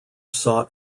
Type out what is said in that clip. sought